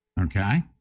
Okay